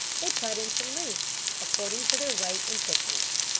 they cut into lengths, according to their weight and thickness.